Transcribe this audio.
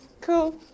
Cool